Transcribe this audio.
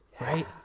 right